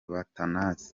batanazi